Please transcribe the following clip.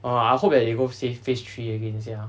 !wah! I hope that we go safe phase three again sia